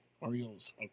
Orioles